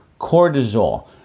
cortisol